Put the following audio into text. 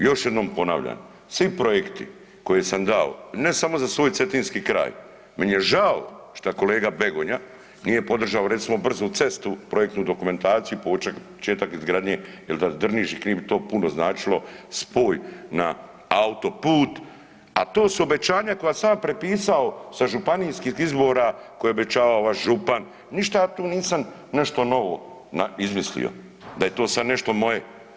Još jednom ponavljam, svi projekti koje sam dao, ne samo za svoj cetinski kraj, meni je žao šta kolega Begonja nije podržao recimo brzu cestu projektnu dokumentaciju početak izgradnje jel za Drniš i Knin to bi puno značilo spoj na autoput, a to su obećanja koja sam ja prepisao sa županijskih izbora koje je obećavao vaš župan, ništa ja tu nisam nešta novo izmislio, da je to sad nešto moje.